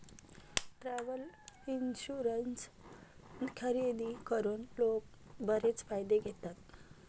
travel insurance खरेदी करून लोक बरेच फायदे घेतात